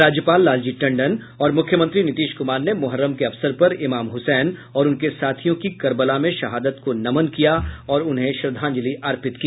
राज्यपाल लालजी टंडन और मुख्यमंत्री नीतीश कुमार ने मुहर्रम के अवसर पर इमाम हुसैन और उनके साथियों की करबला में शहादत को नमन किया और उन्हें श्रद्धांजलि अर्पित की